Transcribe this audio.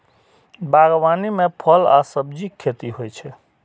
बागवानी मे फल आ सब्जीक खेती होइ छै